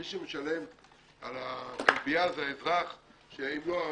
מי שמשלם על הכלבייה זה האזרח שאם לא,